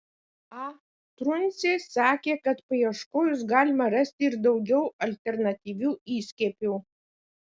a truncė sakė kad paieškojus galima rasti ir daugiau alternatyvių įskiepių